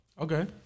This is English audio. Okay